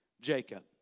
Jacob